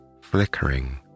flickering